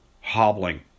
hobbling